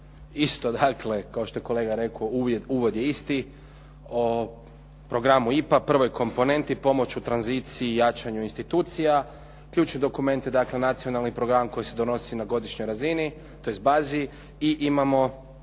isto dakle kao što je kolega rekao, uvod je isti o programu IPA, prvoj komponenti – pomoć u tranziciji i jačanju institucija. Ključni dokument je dakle Nacionalni program koji se donosi na godišnjoj razini, tj. bazi i imamo